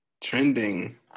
trending